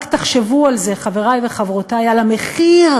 רק תחשבו על זה, חברותי וחברי, על המחיר,